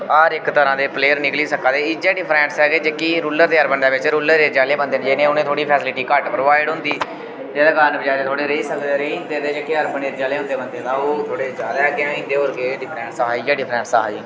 हर इक तरह दे प्लेयर निकली सका दे इ'यै डिफरेंस ऐ कि रूलर ते अर्बन एरिया दे बिच रूलर एरिया आह्ले जेह्ड़े बन्दे उ'नें फैसिलिटी थोह्ड़ी घट्ट प्रोवाइड होंदी एह्दे कारण बेचारे थोह्डे़ रेही सकदे रेही जन्दे अर्बन एरिया आह्ले होंदे बंदे तां ओह् थोह्डे़ जादै अग्गें होई जन्दे होर केह् डिफरेंस हा इ'यै डिफरेंस हा जी